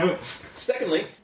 Secondly